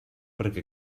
perquè